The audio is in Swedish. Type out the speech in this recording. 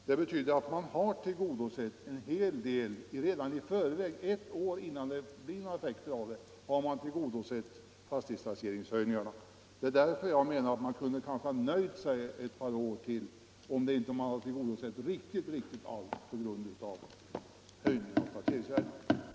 Det betyder att man redan ett år innan vi ställt kravet har tillgodosett fastighetstaxeringshöjningarna. Det är därför jag menar att man kanske kunde ha nöjt sig ett par år till även om inte riktigt allt blivit tillgodosett på grund av de höjda taxeringsvärdena.